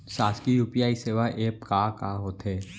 शासकीय यू.पी.आई सेवा एप का का होथे?